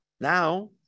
now